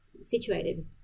situated